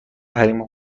حریم